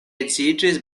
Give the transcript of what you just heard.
edziĝis